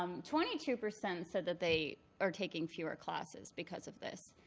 um twenty two percent said that they are taking fewer classes because of this.